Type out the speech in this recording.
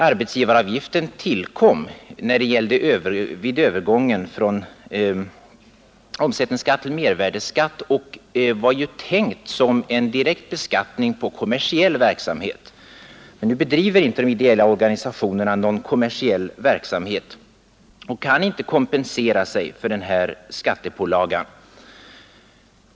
Arbetsgivaravgiften tillkom vid övergången från omsättningsskatt till mervärdeskatt och var tänkt som en direkt beskattning på kommersiell verksamhet. Nu bedriver inte de ideella organisationerna någon kommersiell verksamhet och kan inte kompensera sig för denna skattepålaga.